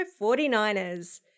49ers